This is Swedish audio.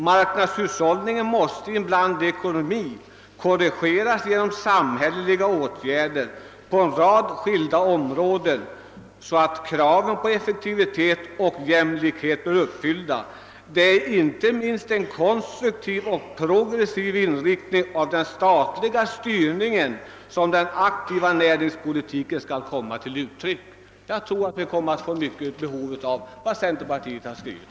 — »Marknadshushållningen måste i en blandekonomi korrigeras genom samhälleliga åtgärder på en rad skilda områden, så att kraven på effektivitet och jämlikhet blir uppfyllda. Det är inte minst i en konstruktiv och progressiv inriktning av den statliga styrningen som den aktiva näringspolitiken skall komma till uttryck.» Jag tror att vi kommer att få stort behov av vad centerpartiet här framhållit.